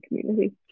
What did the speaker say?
community